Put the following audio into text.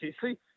See